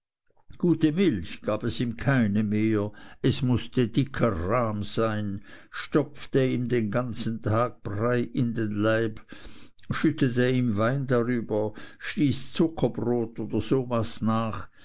gute milch gab es ihm keine mehr es mußte dicker rahm sein stopfte ihm den ganzen tag brei in den leib schüttete ihm wein darüber stieß zuckerbrot oder so was nach